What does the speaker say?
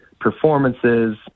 performances